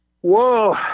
Whoa